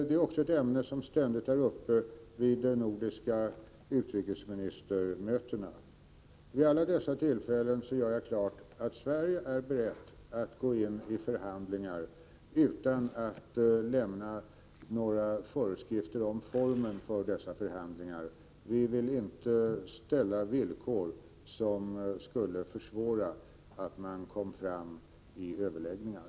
Det är också ett ämne som ständigt är uppe vid de nordiska utrikesministermötena. Vid alla dessa tillfällen gör jag klart — utan att lämna några föreskrifter om formen för förhandlingarna — att Sverige är berett att gå in i förhandlingar. Vi vill inte ställa villkor som skulle försvåra överläggningar.